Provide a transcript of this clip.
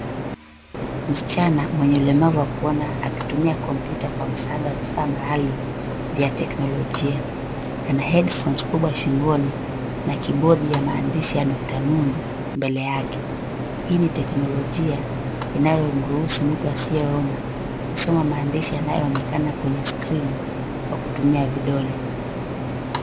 Msichana mwenye ulemavu wa kuona akitumia kompyuta kwa msaada wa vifaa maalum ya teknolojia. Ana headphones shingoni na kibodi ya maandishi ya nukta nundu mbele yake. Hii ni teknolojia inayomruhusu mtu asiyeona kusoma maandishi yanaonekana kwenye skrini kwa kutumia vidole.